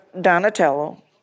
Donatello